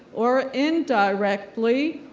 or indirectly,